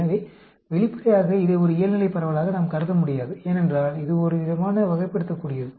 எனவே வெளிப்படையாக இதை ஒரு இயல்நிலைப் பரவலாக நாம் கருத முடியாது ஏனென்றால் இது ஒருவிதமான வகைப்படுத்தக்கூடியது